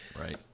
Right